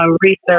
research